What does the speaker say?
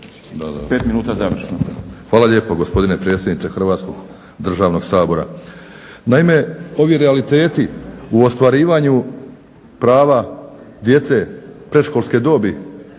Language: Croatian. Pet minuta završno.